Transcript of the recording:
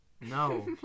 No